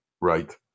Right